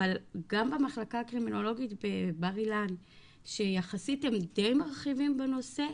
אבל גם במחלקה הקרימינולוגית בבר אילן שיחסית הם דיי מרחיבים בנושא,